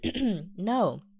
No